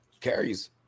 carries